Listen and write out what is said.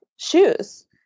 Shoes